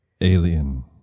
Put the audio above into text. Alien